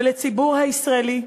ולציבור הישראלי,